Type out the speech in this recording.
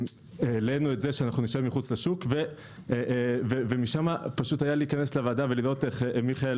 את זה שנישאר מחוץ לשוק ומשם היה להיכנס לוועדה ולראות איך מיכאל